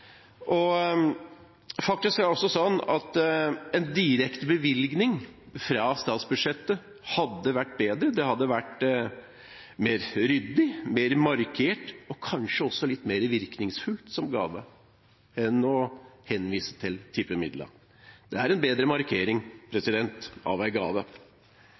Faktisk er det sånn at en direkte bevilgning fra statsbudsjettet hadde vært bedre. Det hadde vært mer ryddig, mer markert og kanskje også litt mer virkningsfullt som gave enn å henvise til tippemidlene. Det er en bedre markering av en gave.